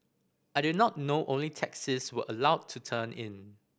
I did not know only taxis were allowed to turn in